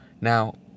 Now